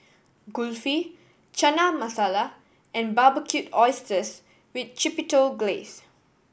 Kulfi Chana Masala and Barbecued Oysters with Chipotle Glaze